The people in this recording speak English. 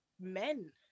men